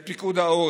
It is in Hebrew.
את פיקוד העורף,